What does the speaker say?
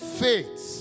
faith